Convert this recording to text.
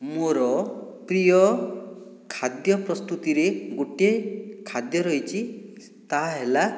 ମୋର ପ୍ରିୟ ଖାଦ୍ୟ ପ୍ରସ୍ତୁତିରେ ଗୋଟିଏ ଖାଦ୍ୟ ରହିଛି ତାହା ହେଲା